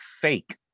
fake